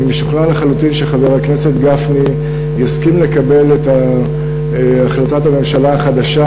אני משוכנע לחלוטין שחבר הכנסת גפני יסכים לקבל את החלטת הממשלה החדשה,